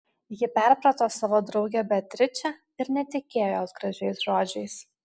ji perprato savo draugę beatričę ir netikėjo jos gražiais žodžiais